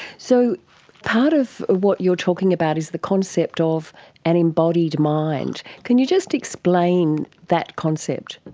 so part of what you're talking about is the concept of an embodied mind. can you just explain that concept?